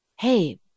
Hey